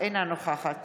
אינה נוכחת